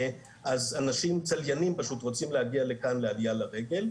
אז אנשים צליינים פשוט רוצים להגיע לכאן לעלייה לרגל,